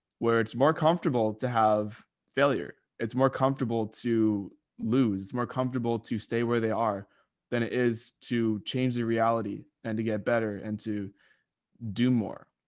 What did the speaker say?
where it's more comfortable to have failure. it's more comfortable to lose, more comfortable to stay where they are than it is to change the reality and to get better and to do more